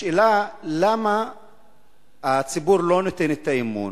השאלה למה הציבור לא נותן את האמון